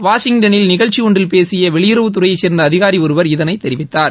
வாஷிங்டனில் நிகழ்ச்சி ஒன்றில் பேசிய வெளியுறவுத் துறையைச் சேர்ந்த அதிகாரி ஒருவர் இதனைத் தெரிவித்தார்